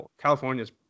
California's